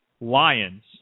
lions